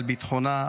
על ביטחונה,